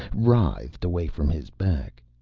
writhed away from his back.